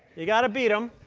you've got to beat them.